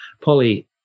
Polly